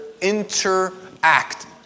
interact